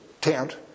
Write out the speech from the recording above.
tent